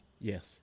Yes